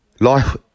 life